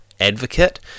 advocate